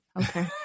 okay